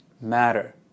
matter